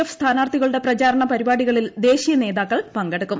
F സ്ഥാനാർത്ഥികളുടെ പ്രചാരണ പരിപാടികളിൽ ദേശീയ നേതാക്കൾ പങ്കെടുക്കും